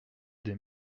des